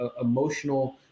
emotional